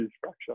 fracture